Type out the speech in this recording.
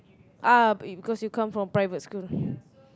ah because you come from private school